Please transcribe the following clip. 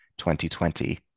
2020